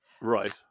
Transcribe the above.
Right